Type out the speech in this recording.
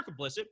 complicit